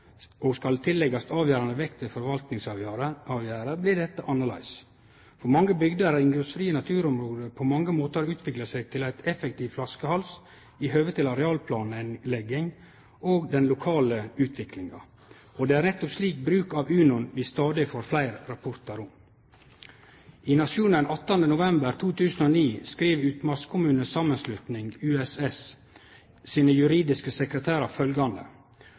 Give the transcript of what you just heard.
det skal leggjast avgjerande vekt på ved forvaltningsavgjerder, blir dette annleis. For mange bygder har inngrepsfrie naturområde på mange måtar utvikla seg til ein effektiv flaskehals i høve til arealplanlegginga og den lokale utviklinga. Det er nettopp slik bruk av INON vi stadig får fleire rapportar om. I Nationen 18. november 2009 skriv Utmarkskommunenes Sammenslutning, USS, sine juridiske sekretærar: